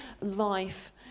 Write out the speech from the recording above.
life